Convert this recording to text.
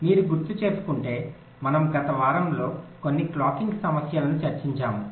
మీరు గుర్తుచేసుకుంటే మనము గత వారంలో కొన్ని క్లాకింగ్ సమస్యలను చర్చించాము